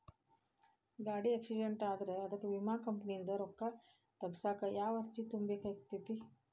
ಗಾಡಿ ಆಕ್ಸಿಡೆಂಟ್ ಆದ್ರ ಅದಕ ವಿಮಾ ಕಂಪನಿಯಿಂದ್ ರೊಕ್ಕಾ ತಗಸಾಕ್ ಯಾವ ಅರ್ಜಿ ತುಂಬೇಕ ಆಗತೈತಿ?